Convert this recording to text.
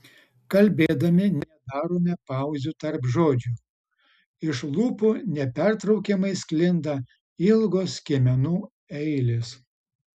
kalbėdami nedarome pauzių tarp žodžių iš lūpų nepertraukiamai sklinda ilgos skiemenų eilės